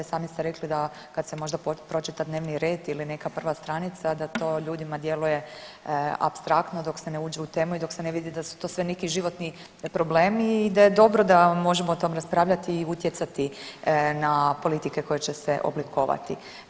Sami ste rekli da kada se možda pročita dnevni red ili neka prva stranica da to ljudima djeluje apstraktno dok se ne uđe u temu i dok se ne vidi da su to sve neki životni problemi i da je dobro da možemo o tome raspravljati i utjecati na politike koje će se oblikovati.